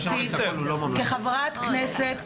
כחברת כנסת,